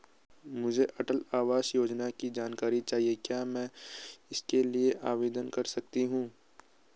मुझे अटल आवास योजना की जानकारी चाहिए क्या मैं इसके लिए आवेदन कर सकती हूँ?